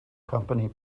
company